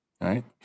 Right